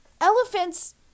elephants